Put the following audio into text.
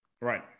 Right